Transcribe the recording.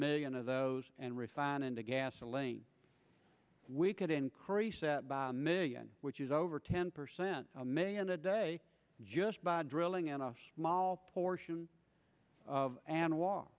million of those and refined into gasoline we could increase million which is over ten percent a million a day just by drilling in a small portion of an wa